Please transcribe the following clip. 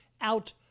out